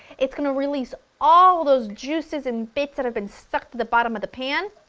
it's going to release all those juices and bits that have been stuck to the bottom of the pan.